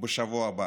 בשבוע הבא.